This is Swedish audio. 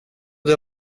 det